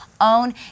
Own